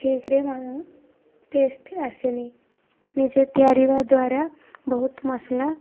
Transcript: ଠିକରେ ଟେଷ୍ଟ ଆସେନି ନିଜେ ତିଆରିବା ଦ୍ୱାରା ବହୁତ ମସଲା